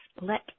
let